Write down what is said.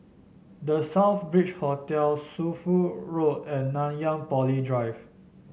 The Southbridge Hotel Shunfu Road and Nanyang Poly Drive